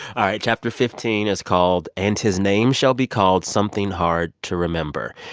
all right. chapter fifteen is called and his name shall be called something hard to remember.